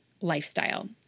lifestyle